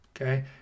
okay